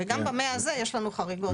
וגם במ-100 הזה יש לנו חריגות.